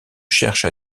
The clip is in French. cherche